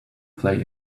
play